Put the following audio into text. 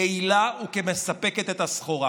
יעילה וכמספקת את הסחורה,